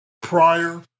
prior